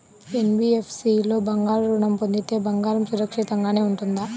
NBFC లో బంగారు ఋణం పొందితే బంగారం సురక్షితంగానే ఉంటుందా?